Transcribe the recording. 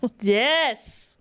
Yes